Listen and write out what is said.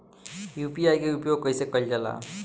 UPI के उपयोग कइसे कइल जाला?